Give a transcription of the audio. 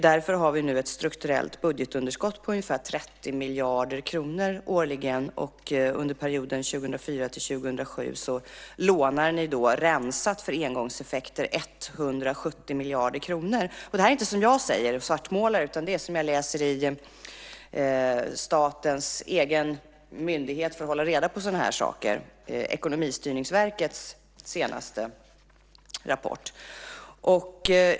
Därför har vi nu ett strukturellt budgetunderskott på ungefär 30 miljarder kronor årligen. Under perioden 2004-2007 lånar ni, rensat från engångseffekter, 170 miljarder kronor. Det här är inte som jag svartmålar utan det är som jag läser i Ekonomistyrningsverkets senaste rapport.